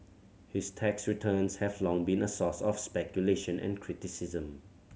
his tax returns have long been a source of speculation and criticism